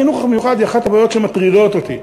ובעיית החינוך המיוחד היא אחת הבעיות שמטרידות אותי.